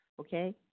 okay